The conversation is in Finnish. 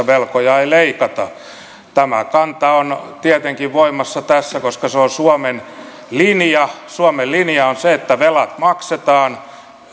velkoja ei leikata tämä kanta on tietenkin voimassa tässä koska se on suomen linja suomen linja on se että velat maksetaan